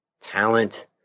talent